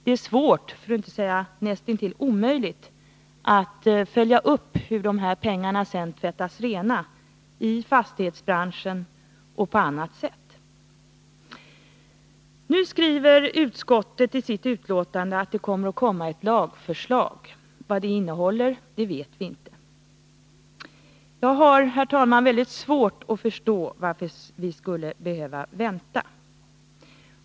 Det är svårt, för att inte säga näst intill omöjligt, att följa upp hur de här pengarna tvättas rena i fastighetsbranschen och på annat sätt. Utskottet skriver i sitt betänkande att det kommer ett lagförslag. Vad det innehåller vet vi inte. Jag har, herr talman, väldigt svårt att förstå varför vi skulle behöva vänta.